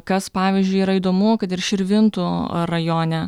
kas pavyzdžiui yra įdomu kad ir širvintų rajone